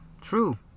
true